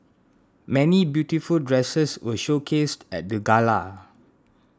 many beautiful dresses were showcased at the gala